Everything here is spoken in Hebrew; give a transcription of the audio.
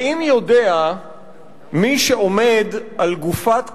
האם יודע מי שעומד על גופת קורבנו,